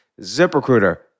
ZipRecruiter